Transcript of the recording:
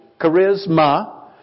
charisma